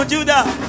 Judah